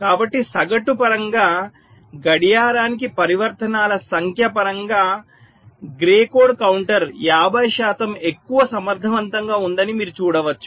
కాబట్టి సగటు పరంగా గడియారానికి పరివర్తనాల సంఖ్య పరంగా గ్రే కోడ్ కౌంటర్ 50 శాతం ఎక్కువ సమర్థవంతంగా ఉందని మీరు చూడవచ్చు